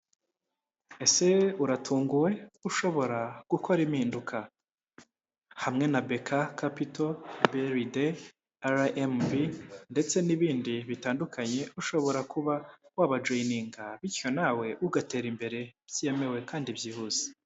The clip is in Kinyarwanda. Ese uratunguwe, ushobora gukora impinduka, hamwe na BK kapito BRD, RMB ndetse n'ibindi bitandukanye, ushobora kuba wabajoyininga bityo na we ugatera imbere byemewe kandi byihuse.